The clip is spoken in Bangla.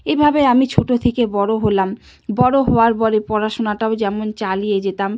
এভাবে আমি ছোটো থেকে বড়ো হলাম বড়ো হওয়ার পরে পড়াশুনাটাও যেমন চালিয়ে যেতাম